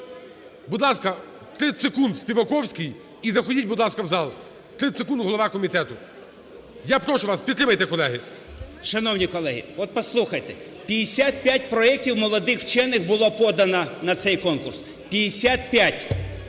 Будь ласка, 30 секунд Співаковський. І заходьте, будь ласка, в зал. 30 секунд голова комітету. Я прошу вас, підтримайте, колеги. 11:50:32 СПІВАКОВСЬКИЙ О.В. Шановні колеги! От послухайте, 55 проектів молодих вчених було подано на цей конкурс, 55.